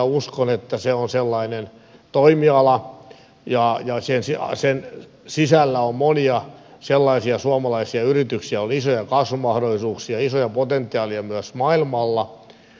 uskon että se on sellainen toimiala ja sen sisällä on monia sellaisia suomalaisia yrityksiä on isoja kasvumahdollisuuksia isoja potentiaaleja myös maailmalla